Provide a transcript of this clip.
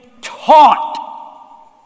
taught